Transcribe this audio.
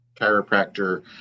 chiropractor